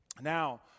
Now